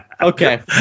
Okay